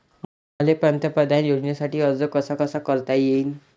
मले पंतप्रधान योजनेसाठी अर्ज कसा कसा करता येईन?